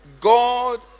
god